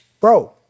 Bro